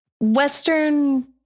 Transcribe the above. Western